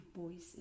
voices